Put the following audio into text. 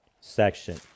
section